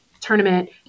tournament